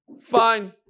Fine